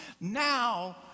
now